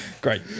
Great